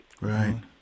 Right